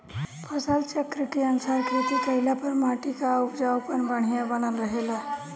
फसल चक्र के अनुसार खेती कइले पर माटी कअ उपजाऊपन बढ़िया बनल रहेला